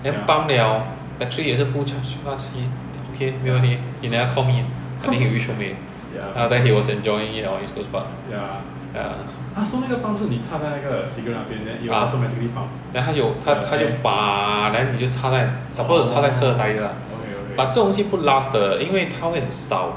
then pump liao battery 也是 full 就他自己 okay 没问题 he never call me uh I think he reach home already either that or he is enjoying it at east coast park ya ah then 它就 你就插在 suppose to 插在车的 tyre but 这种东西不 last 的因为它会很烧